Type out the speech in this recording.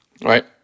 Right